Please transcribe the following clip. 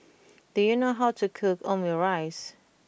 do you know how to cook Omurice